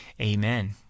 Amen